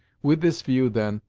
with this view, then,